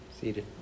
Seated